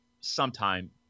sometime